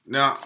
Now